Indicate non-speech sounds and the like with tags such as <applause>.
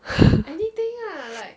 <laughs>